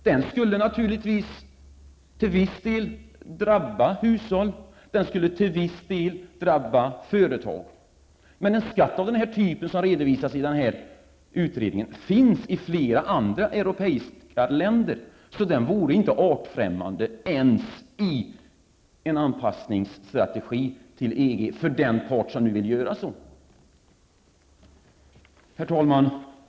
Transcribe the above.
Den skulle naturligtvis till viss del drabba hushållen och till viss del drabba företagen, men en skatt av den typ som redovisas i denna utredning finns i flera andra europeiska länder. Den vore därför inte artfrämmande ens i en strategi för anpassning till EG, för den part som nu vill ha en sådan. Herr talman!